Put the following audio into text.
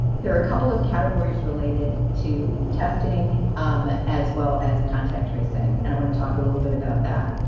there are a couple of categories related to testing as well as contact tracing. and i wanna talk a little bit about that.